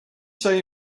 say